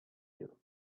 you